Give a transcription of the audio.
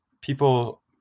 people